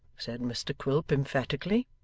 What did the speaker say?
said mr quilp emphatically.